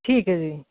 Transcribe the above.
ਠੀਕ ਏ ਜੀ